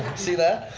see that?